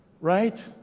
right